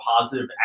positive